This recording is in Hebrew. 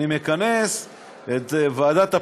אני מכנס את ועדת הפנים,